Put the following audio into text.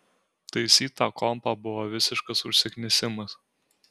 taisyt tą kompą buvo visiškas užsiknisimas